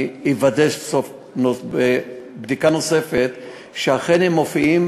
אני אוודא בבדיקה נוספת שהם אכן מופיעים